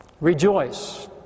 rejoice